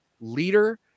leader